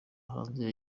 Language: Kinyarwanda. hanze